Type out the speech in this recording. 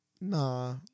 Nah